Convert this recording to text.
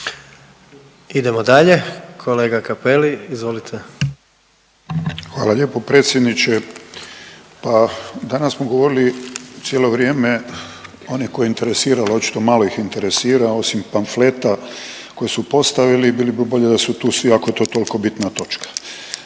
izvolite. **Cappelli, Gari (HDZ)** Hvala lijepo predsjedniče. Pa danas smo govorili cijelo vrijeme one koje je interesiralo, očito malo ih interesira osim pamfleta koje su postavili, bilo bi bolje da su tu … ako je to toliko bitna točka.